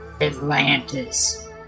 Atlantis